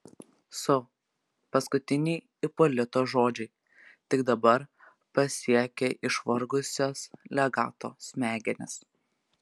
su paskutiniai ipolito žodžiai tik dabar pasiekė išvargusias legato smegenis